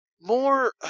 more